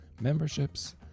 memberships